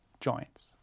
joints